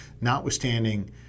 notwithstanding